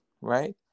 right